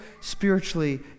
spiritually